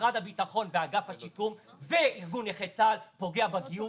משרד הביטחון ואגף השיקום וארגון נכי צה"ל פוגעים בגיוס,